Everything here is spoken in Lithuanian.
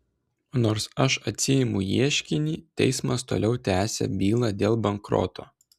nors aš atsiimu ieškinį teismas toliau tęsia bylą dėl bankroto